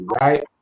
right